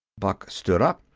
buck stood up.